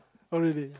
oh really